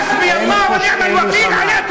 עד שהם יעמדו לדין.